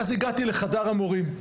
ואז הגעתי לחדר המורים.